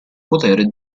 potere